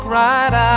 right